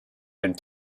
and